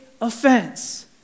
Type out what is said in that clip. Offense